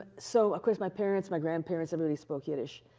so, of course, my parents, my grandparents, everybody spoke yiddish.